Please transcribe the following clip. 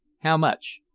how much?